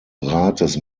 rates